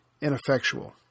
ineffectual